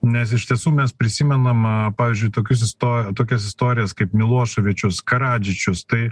nes iš tiesų mes prisimenam pavyzdžiui tokius įsto tokias istorijas kaip miloševičius karadžičius tai